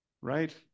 right